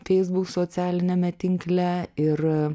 facebook socialiniame tinkle ir